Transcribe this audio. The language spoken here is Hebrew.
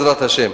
בעזרת השם.